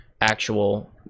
actual